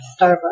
Starbucks